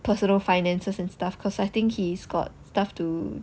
personal finances and stuff cause I think he's got stuff to